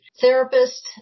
therapist